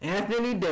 Anthony